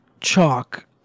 chalk